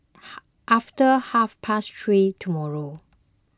after half past three tomorrow